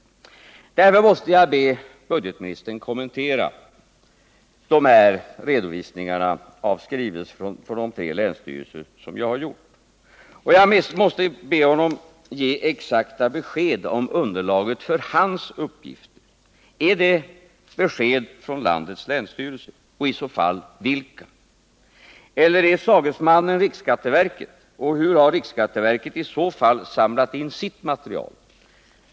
Därför måste jag be budgetministern att kommentera de här redovisningarna av skrivelser från tre länsstyrelser som jag har gjort. Jag måste be honom att ge exakta besked om underlaget för hans uppgifter. Är det besked från landets länsstyrelser? Vilka är de i så fall? Eller är sagesmannen riksskatteverket? Och hur har riksskatteverket i så fall samlat in sitt material?